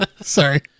Sorry